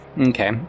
Okay